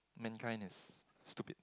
mankind is stupid